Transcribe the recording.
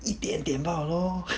一点点吧 lor